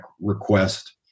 request